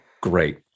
Great